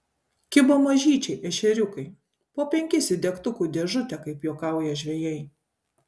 kibo mažyčiai ešeriukai po penkis į degtukų dėžutę kaip juokauja žvejai